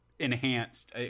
enhanced